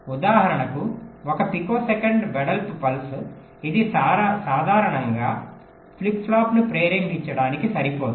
ఉదాహరణకు ఒక పికోసెకండ్ వెడల్పు పల్స్ ఇది సాధారణంగా ఫ్లిప్ ఫ్లాప్ను ప్రేరేపించడానికి సరిపోదు